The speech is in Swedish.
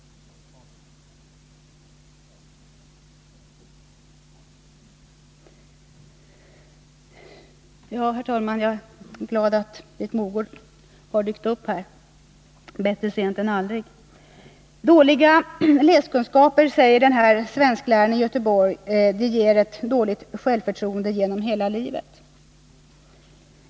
Herr talman! Jag är glad att Britt Mogård har dykt upp här — bättre sent än aldrig! Dåliga läskunskaper, säger svenskläraren i Göteborg, ger ett dåligt självförtroende genom hela livet.